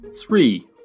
three